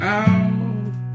out